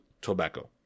tobacco